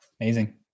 Amazing